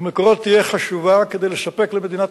ו"מקורות" תהיה חשובה כדי לספק למדינת